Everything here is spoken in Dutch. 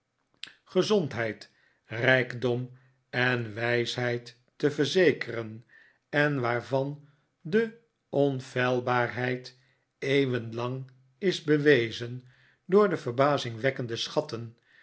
gezondheid rijkdom en wijsheid te verzekeren en waarvan de onfeilbaarheid eeuwen lang is bewezen door de verbazingwekkende schatten